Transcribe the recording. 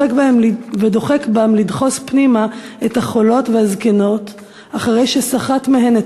ודוחק בם לדחוס פנימה/ את החולות והזקנות אחרי שסחט מהן/